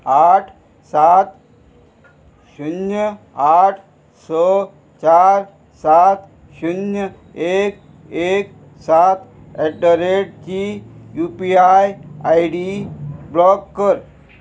आठ सात शुन्य आठ स चार सात शुन्य एक एक सात एट द रेटची U P I I D block कर